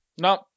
No